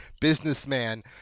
businessman